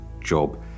job